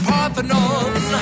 Parthenon